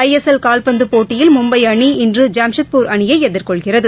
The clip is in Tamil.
ஐஎஸ்எல் கால்பந்துப் போட்டியில்மும்பைஅணிஇன்று ஜாம்ஷெட்பூர் அணியைஎதிர்கொள்கிறது